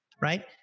right